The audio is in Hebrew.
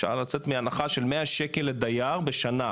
אפשר לצאת מהנחה של מאה שקל לדייר בשנה.